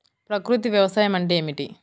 ప్రకృతి వ్యవసాయం అంటే ఏమిటి?